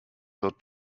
dort